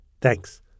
Thanks